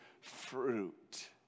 fruit